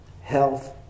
health